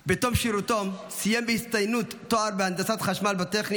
בתום שירותו סיים בהצטיינות תואר בהנדסת חשמל בטכניון